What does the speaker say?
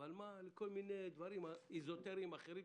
אבל היו כל מיני דברים אזוטריים אחרים,